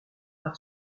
par